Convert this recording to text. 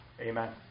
amen